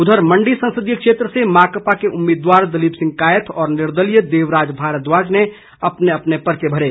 उधर मण्डी संसदीय क्षेत्र से माकपा के उम्मीदवार दलीप सिंह कायथ और निर्दलीय देवराज भारद्वाज ने अपने अपने पर्चे भरे